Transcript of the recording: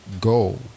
goal